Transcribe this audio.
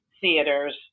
theaters